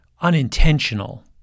unintentional